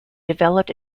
develop